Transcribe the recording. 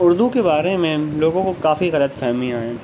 اردو کے بارے میں لوگوں کو کافی غلط فہمیاں ہیں